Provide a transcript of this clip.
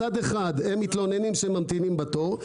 מצד אחד הם מתלוננים שהם עומדים בתור,